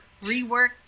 Reworked